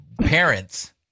parents